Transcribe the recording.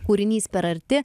kūrinys per arti